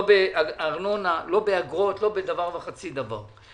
לא בארנונה, לא באגרות ולא בדבר וחצי דבר.